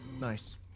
Nice